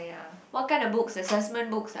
what kind of books assessment books ah